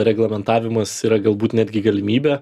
reglamentavimas yra galbūt netgi galimybė